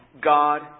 God